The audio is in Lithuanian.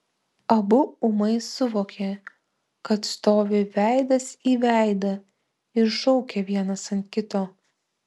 abu ūmai suvokė kad stovi veidas į veidą ir šaukia vienas ant kito